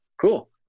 cool